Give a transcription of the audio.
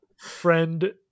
friend